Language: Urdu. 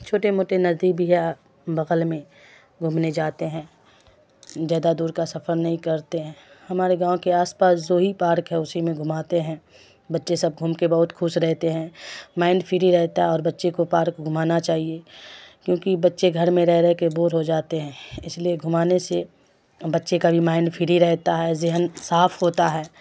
چھوٹے موٹے ندی بھی ہے بغل میں گھومنے جاتے ہیں زیادہ دور کا سفر نہیں کرتے ہیں ہمارے گاؤں کے آس پاس دو ہی پارک ہے اسی میں گھماتے ہیں بچے سب گھوم کے بہت خوش رہتے ہیں مائنڈ فری رہتا ہے اور بچے کو پارک گھمانا چاہیے کیونکہ بچے گھر میں رہ رہ کے بور ہو جاتے ہیں اس لیے گھمانے سے بچے کا بھی مائنڈ فری رہتا ہے ذہن صاف ہوتا ہے